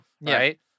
Right